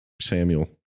Samuel